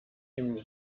ihm